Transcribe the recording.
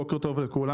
בוקר טוב לכולם,